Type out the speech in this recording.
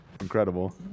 Incredible